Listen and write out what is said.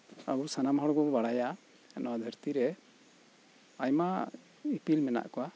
ᱟᱵᱩ ᱥᱟᱱᱟᱢ ᱦᱚᱲᱵᱩ ᱵᱟᱲᱟᱭᱟ ᱱᱚᱣᱟ ᱫᱷᱟᱹᱨᱛᱤ ᱨᱮ ᱟᱭᱢᱟ ᱤᱯᱤᱞ ᱢᱮᱱᱟᱜ ᱠᱚᱣᱟ